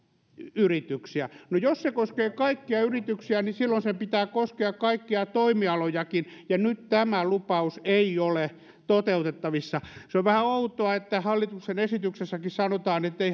yrityksiä no jos se koskee kaikkia yrityksiä niin silloin sen pitää koskea kaikkia toimialojakin ja nyt tämä lupaus ei ole toteutettavissa on vähän outoa että hallituksen esityksessäkin sanotaan ettei